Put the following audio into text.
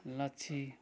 लच्छी